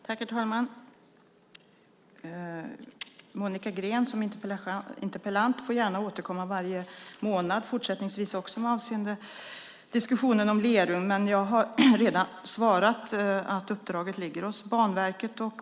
Herr talman! Monica Green som interpellant får gärna återkomma varje månad fortsättningsvis avseende diskussionen om Lerum, men jag har redan svarat att uppdraget ligger hos Banverket.